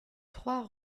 trois